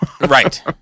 Right